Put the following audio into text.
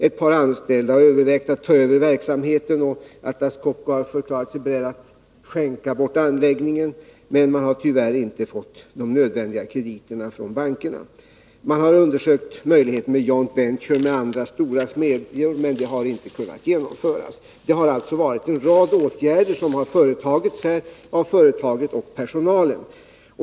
Ett par anställda har övervägt att ta över verksamheten, och Atlas Copco har förklarat sig berett att skänka bort anläggningen, men man har tyvärr inte fått de nödvändiga krediterna från bankerna. Man har undersökt möjligheterna med joint venture med andra stora smedjor, men det har inte kunnat genomföras. Det har alltså vidtagits en rad åtgärder av företaget och personalen.